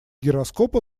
гироскопа